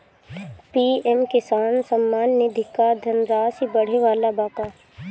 PM Kisan Samman Nidhi क धनराशि बढ़े वाला बा का?